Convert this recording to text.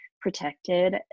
protected